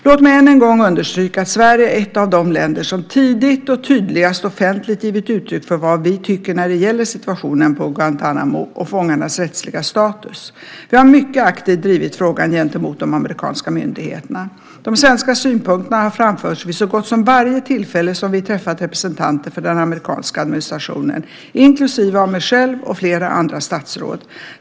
Låt mig än en gång understryka att Sverige är ett av de länder som tidigt och tydligast offentligt givit uttryck för vad vi tycker när det gäller situationen på Guantánamo och fångarnas rättsliga status. Vi har mycket aktivt drivit frågan gentemot de amerikanska myndigheterna. De svenska synpunkterna har framförts vid så gott som varje tillfälle som vi träffat representanter för den amerikanska administrationen, inklusive av mig själv och flera andra statsråd.